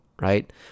right